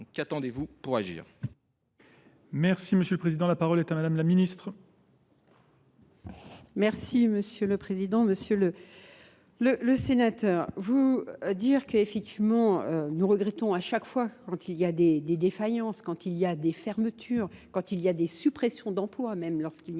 Qu'attendez-vous pour agir ?